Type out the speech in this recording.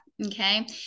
Okay